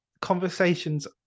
conversations